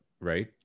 Right